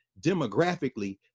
demographically